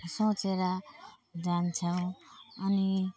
सोचेर जान्छौँ अनि